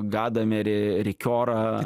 gadamerį rikiorą